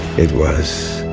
it was,